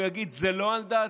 הוא יגיד: זה לא על דעתי.